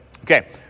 Okay